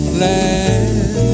land